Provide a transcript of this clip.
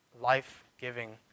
life-giving